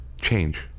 change